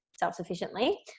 Self-sufficiently